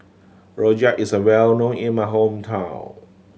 rojak is a well known in my hometown